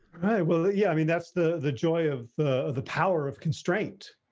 well, yeah, i mean, that's the the joy of the power of constraint.